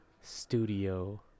studio